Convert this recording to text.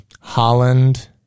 Holland